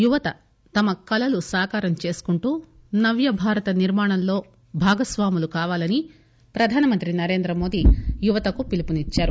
యువత తమ కళలను సాకారం చేసుకుంటూ నవ్య భారత నిర్మాణంలో భాగస్వాములు కావాలని ప్రధానమంత్రి నరేంద్రమోదీ యువతకు పిలుపునిచ్చారు